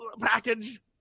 package